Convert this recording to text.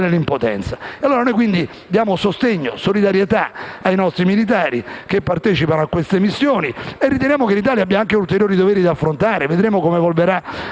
nell'impotenza. Noi diamo sostegno e solidarietà ai nostri militari, che partecipano a queste missioni, e riteniamo che l'Italia abbia anche ulteriori doveri da affrontare. Vedremo come evolveranno